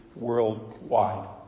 worldwide